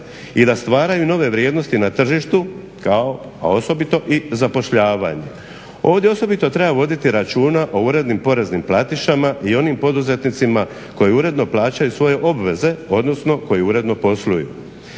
i da stvaraju nove vrijednosti na tržištu kao, a osobito i zapošljavanje. Ovdje osobito treba voditi računa o urednim poreznim platišama i onim poduzetnicima koji uredno plaćaju svoje obveze, odnosno koji uredno posluju.